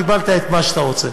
קיבלת את מה שאתה רוצה.